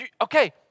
okay